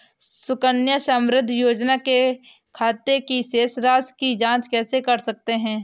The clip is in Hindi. सुकन्या समृद्धि योजना के खाते की शेष राशि की जाँच कैसे कर सकते हैं?